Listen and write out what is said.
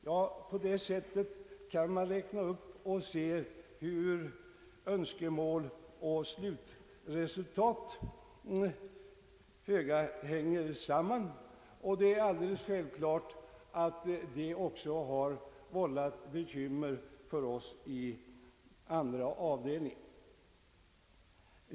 Ja, på det sättet kan man fortsätta uppräkningen och se hur önskemål och slutresultat föga hänger samman. Det är alldeles självklart att det också har vållat bekymmer för oss i andra avdelningen.